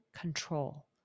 control